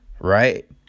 right